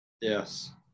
yes